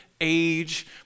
age